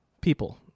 people